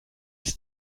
ist